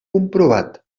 comprovat